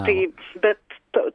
tai bet tu